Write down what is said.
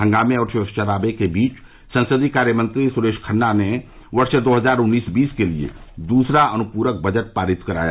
हंगामे और शोरशरावे के बीच संसदीय कार्यमंत्री सुरेश खन्ना ने वर्ष दो हजार उन्नीस बीस के लिए दूसरा अनुपूरक बजट पारित कराया